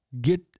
Get